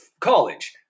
college